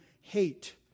hate